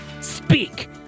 Speak